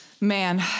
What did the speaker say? Man